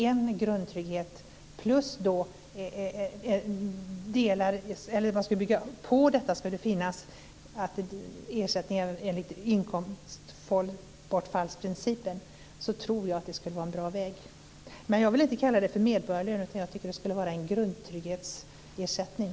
En grundtrygghet, påbyggd med ersättning enligt inkomstbortfallsprincipen, tror jag skulle vara en bra väg. Men jag vill inte kalla det för medborgarlön, utan jag tycker att det skulle vara en grundtrygghetsersättning.